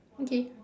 okay